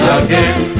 again